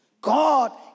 God